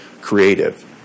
creative